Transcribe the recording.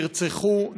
נרצחו,